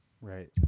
Right